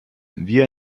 wir